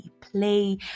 Play